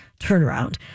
Turnaround